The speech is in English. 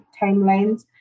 timelines